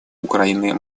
украины